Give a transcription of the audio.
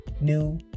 new